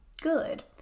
Good